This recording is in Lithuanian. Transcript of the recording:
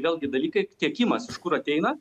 vėlgi dalykai tiekimas iš kur ateina